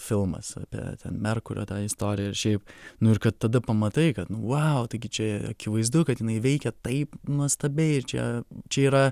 filmas apie ten merkurio tą istoriją ir šiaip nu ir kad tada pamatai kad nu vau taigi čia akivaizdu kad jinai veikia taip nuostabiai ir čia čia yra